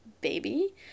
baby